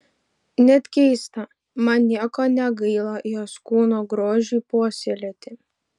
net keista man nieko negaila jos kūno grožiui puoselėti